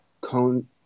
cone